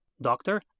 Doctor